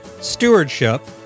stewardship